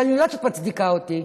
ואני יודעת שאת מצדיקה אותי.